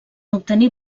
obtenir